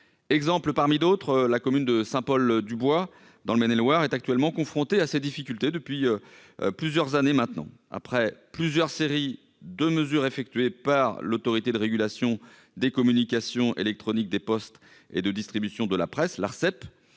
exemple parmi d'autres : la commune de Saint-Paul-du-Bois est actuellement confrontée à ces difficultés depuis plusieurs années. Après plusieurs séries de mesures effectuées par l'Autorité de régulation des communications électroniques, des postes et de la distribution de la presse (Arcep),